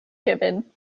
given